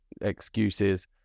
excuses